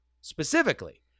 Specifically